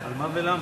על מה ולמה?